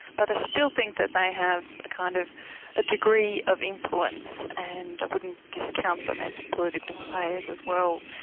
but i still think that they have a kind of ah degree of influence and i wouldn't discount them as political players as well.